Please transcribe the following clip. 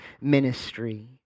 ministry